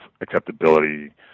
acceptability